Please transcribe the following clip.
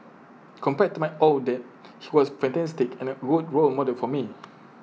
compared to my own dad he was fantastic and A good role model for me